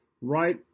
right